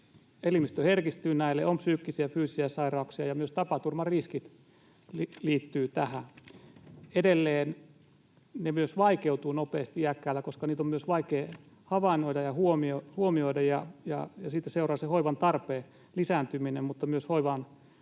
elimistö herkistyy näille, on psyykkisiä ja fyysisiä sairauksia, ja myös tapaturmariskit liittyvät tähän. Edelleen ne myös vaikeutuvat nopeasti iäkkäillä, koska niitä on myös vaikea havainnoida ja huomata, ja siitä seuraa se hoivan tarpeen lisääntyminen, mutta myös hoivaan